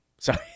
Sorry